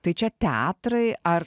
tai čia teatrai ar